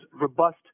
robust